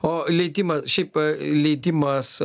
o leidimą šiaip leidimas